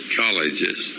colleges